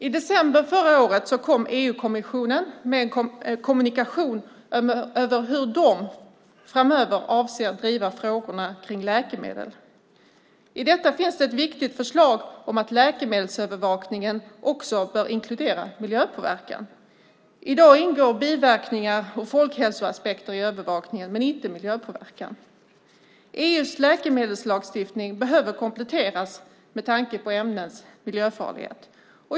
I december förra året kom EU-kommissionen med en kommunikation över hur de framöver avser att driva frågorna om läkemedel. I detta finns ett viktigt förslag om att läkemedelsövervakningen också bör inkludera miljöpåverkan. I dag ingår biverkningar och folkhälsoaspekter i övervakningen, men inte miljöpåverkan. EU:s läkemedelslagstiftning behöver kompletteras med tanke på ämnens miljöfarlighet.